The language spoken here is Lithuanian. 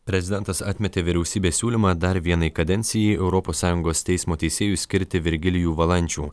prezidentas atmetė vyriausybės siūlymą dar vienai kadencijai europos sąjungos teismo teisėju skirti virgilijų valančių